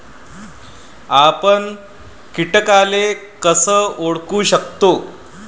आपन कीटकाले कस ओळखू शकतो?